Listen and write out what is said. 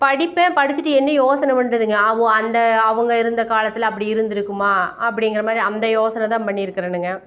படிப்பேன் படிச்சுட்டு என்ன யோசனை பண்ணுறதுங்க ஓ அந்த அவங்க இருந்த காலத்தில் அப்படி இருந்திருக்குமா அப்படிங்கிற மாதிரி அந்த யோசனை தான் பண்ணியிருக்குறேனுங்க